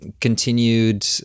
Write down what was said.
continued